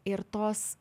ir tos